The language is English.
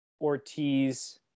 ortiz